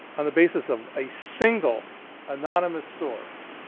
on the basis of a single anonymous source.